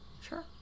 Sure